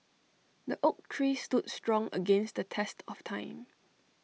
the oak tree stood strong against the test of time